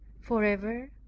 forever